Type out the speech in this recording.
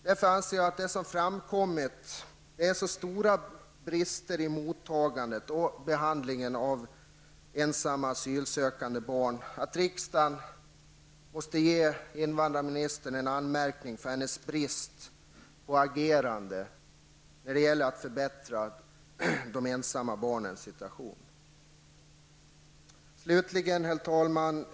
Därför anser jag att de brister i mottagandet och i behandlingen av ensamma asylsökande barn som har framkommit är så stora att riksdagen måste ge invandrarministern en anmärkning för hennes brist på agerande när det gäller att förbättra de ensamma barnens situation. Herr talman!